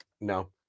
no